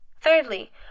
Thirdly